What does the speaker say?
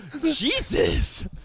Jesus